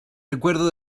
recuerdo